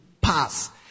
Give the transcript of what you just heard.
pass